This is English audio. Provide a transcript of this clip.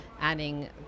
adding